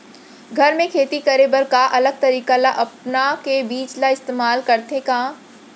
घर मे खेती करे बर का अलग तरीका ला अपना के बीज ला इस्तेमाल करथें का?